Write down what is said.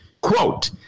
Quote